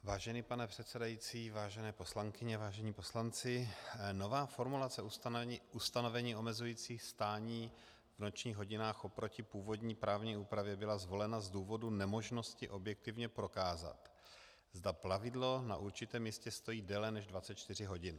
Vážený pane předsedající, vážené poslankyně, vážení poslanci, nová formulace ustanovení omezující stání v nočních hodinách oproti původní právní úpravě byla zvolena z důvodu nemožnosti objektivně prokázat, zda plavidlo na určitém místě stojí déle než 24 hodin.